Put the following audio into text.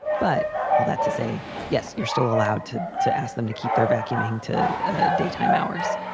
but all that to say, yes, you're still allowed to to ask them to keep their vacuuming to ah daytime hours.